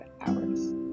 hours